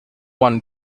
one